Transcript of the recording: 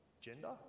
gender